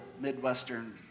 Midwestern